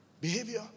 Behavior